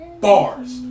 bars